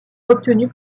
obtenus